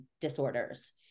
disorders